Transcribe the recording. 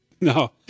No